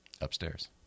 upstairs